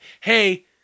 hey